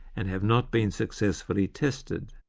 and have not been successfully tested.